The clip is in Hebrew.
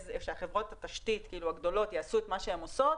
שחברות התשתית הגדולות יעשו את מה שהן עושות